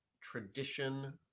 tradition